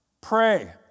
pray